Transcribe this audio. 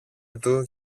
του